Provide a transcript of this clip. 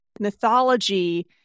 mythology